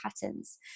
patterns